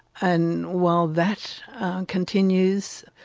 and while that continues,